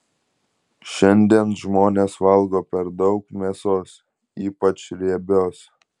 šiandien žmonės valgo per daug mėsos ypač riebios